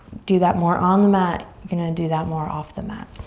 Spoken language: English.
do that more on the mat, you're gonna and do that more off the mat.